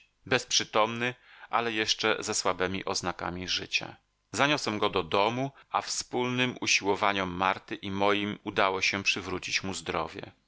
przepaść bezprzytomny ale jeszcze ze słabemi oznakami życia zaniosłem go do domu a wspólnym usiłowaniom marty i moim udało się przywrócić mu zdrowie